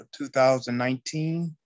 2019